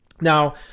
Now